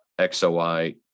XOI